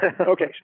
Okay